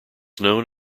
known